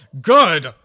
good